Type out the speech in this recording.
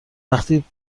وقتی